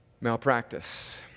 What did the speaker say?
malpractice